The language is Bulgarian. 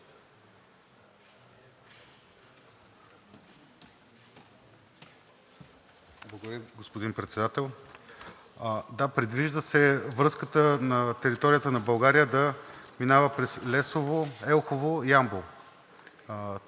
Благодаря, господин Председател. Да, предвижда се връзката на територията на България да минава през Лесово – Елхово – Ямбол.